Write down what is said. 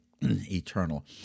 eternal